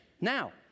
Now